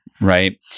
right